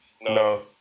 no